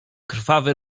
krwawy